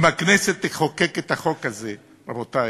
אם הכנסת תחוקק את החוק הזה, רבותי,